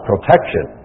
protection